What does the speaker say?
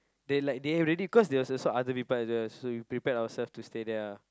they like they have already cause there was also other people as well so we prepared ourself to stay there lah